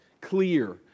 clear